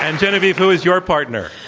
and genevieve, who is your partner?